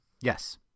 Yes